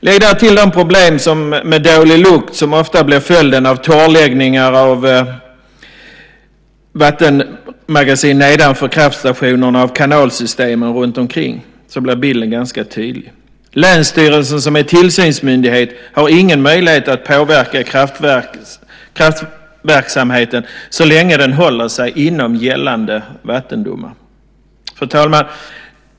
Lägg därtill de problem med dålig lukt som ofta blir följden av torrläggningar av vattenmagasin nedanför kraftstationerna av kanalsystemen runtomkring, så blir bilden ganska tydlig. Länsstyrelsen, som är tillsynsmyndighet, har ingen möjlighet att påverka kraftverksverksamheten så länge den håller sig inom gällande vattendomar. Fru talman!